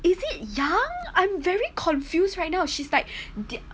is it ya I'm very confused right now she's like their